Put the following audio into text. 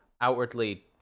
outwardly